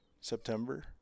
September